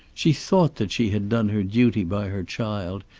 she thought that she had done her duty by her child,